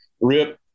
rip